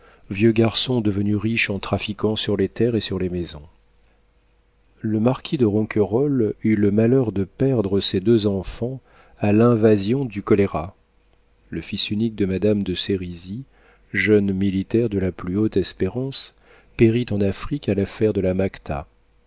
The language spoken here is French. vieux garçon devenu riche en trafiquant sur les terres et sur les maisons le marquis de ronquerolles eut le malheur de perdre ses deux enfants à l'invasion du choléra le fils unique de madame de sérizy jeune militaire de la plus haute espérance périt en afrique à l'affaire de la